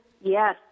Yes